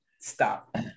stop